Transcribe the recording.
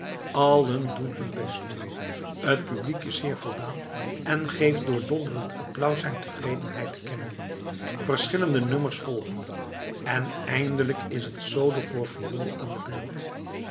allen doen hun best t publiek is zeer voldaan en geeft door donderend applaus zijn tevredenheid te kennen verschillende nummers volgen en eindelijk is het solo voor viool aan de beurt